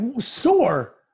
sore